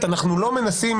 אנחנו הרי לא מנסים